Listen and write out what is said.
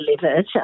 delivered